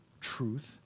truth